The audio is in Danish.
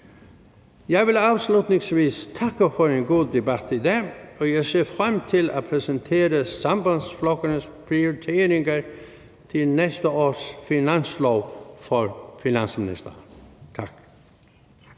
Jeg vil afslutningsvis takke for en god debat i dag. Jeg ser frem til at præsentere Sambandsflokkurins prioriteringer til næste års finanslov for finansministeren. Tak.